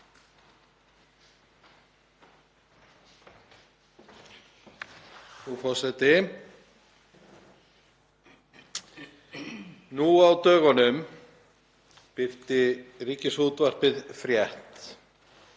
Frú forseti. Nú á dögunum birti Ríkisútvarpið frétt